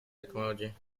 technology